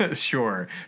sure